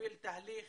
להוביל תהליך